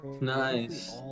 Nice